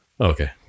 Okay